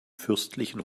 fürstlichen